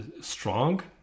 strong